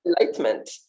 enlightenment